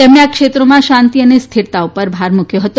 તેમણે આ ક્ષેત્રોમાં શાંતી અને સ્થિરતા ઉપર ભાર મુકથો છે